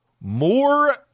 more